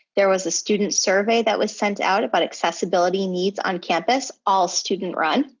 there was a student survey that was sent out about accessibility needs on campus, all student-run.